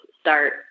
start